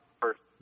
first